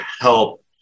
help